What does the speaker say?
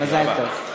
תודה רבה.